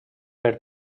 per